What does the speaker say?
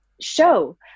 show